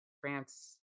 France